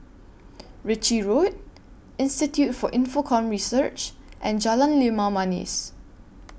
Ritchie Road Institute For Infocomm Research and Jalan Limau Manis